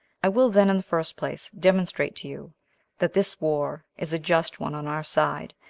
i will then, in the first place, demonstrate to you that this war is a just one on our side,